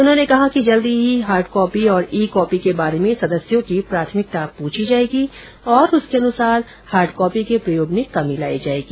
उन्होंने कहा कि जल्द ही हार्डकॉपी और ई कॉपी के बारे में सदस्यों की प्राथमिकता पूछी जाएगी और उसके अनुसार हार्डकॉपी के प्रयोग में कमी लायी जाएगी